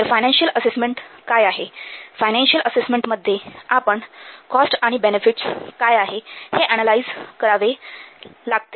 तर financial assessment काय आहे फायनान्शिअल असेसमेंटमध्ये आपण कॉस्ट आणि बेनिफिटस काय आहे हे अनालाइज करावे लागते